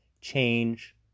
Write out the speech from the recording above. change